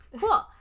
Cool